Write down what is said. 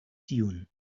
dune